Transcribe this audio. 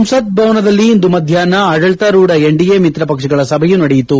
ಸಂಸತ್ ಭವನದಲ್ಲಿ ಇಂದು ಮಧ್ಯಾಪ್ನ ಆಡಳಿತಾರೂಢ ಎನ್ಡಿಎ ಮಿತ್ರ ಪಕ್ಷಗಳ ಸಭೆಯೂ ನಡೆಯಿತು